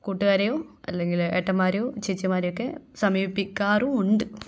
കൂട്ടുകാരെയോ അല്ലെങ്കിൽ ഏട്ടന്മാരെയോ ചേച്ചിമാരേയോ ഒക്കെ സമീപിക്കാറുമുണ്ട്